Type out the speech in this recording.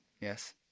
yes